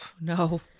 No